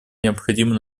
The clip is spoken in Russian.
необходимо